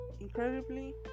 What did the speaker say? incredibly